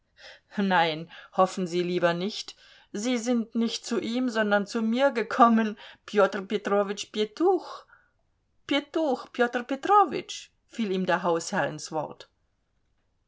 nein hoffen sie lieber nicht sie sind nicht zu ihm sondern zu mir gekommen pjotr petrowitsch pjetuch pjetuch pjotr petrowitsch fiel ihm der hausherr ins wort